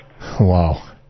Wow